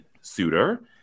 suitor